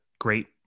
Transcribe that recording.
great